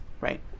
Right